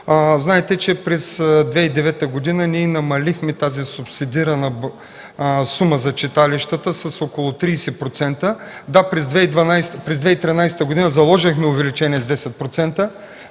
знаете, че през 2009 г. ние намалихме субсидираната сума за читалищата с около 30%. Да, през 2013 г. заложихме увеличение с 10%,